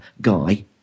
Guy